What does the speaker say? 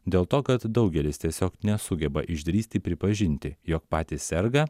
dėl to kad daugelis tiesiog nesugeba išdrįsti pripažinti jog patys serga